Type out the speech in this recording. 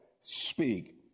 Speak